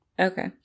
Okay